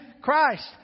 Christ